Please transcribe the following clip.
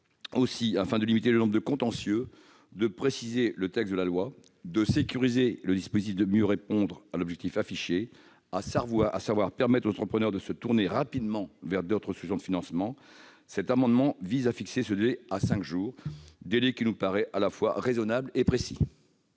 Aussi, afin de limiter le nombre de contentieux, de préciser le texte de la loi, de sécuriser le dispositif et de mieux répondre à l'objectif affiché, à savoir permettre aux entrepreneurs de se tourner rapidement vers d'autres solutions de financement, cet amendement vise à fixer ce délai à cinq jours, un délai à la fois raisonnable et précis.